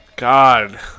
God